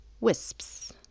wisps